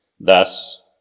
Thus